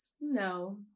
No